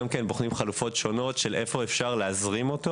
בוחנים חלופות שונות איפה אפשר להזרים אותו